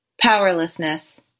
Powerlessness